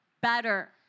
better